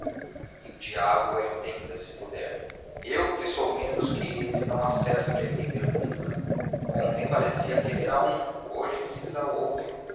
que o diabo a entenda se puder eu que sou menos que ele não acerto de a entender nunca ontem parecia querer a um hoje quis ao outro